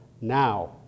now